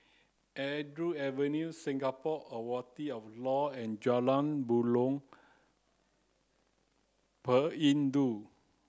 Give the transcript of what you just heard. Andrews Avenue Singapore of Law and Jalan Buloh Perindu